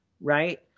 right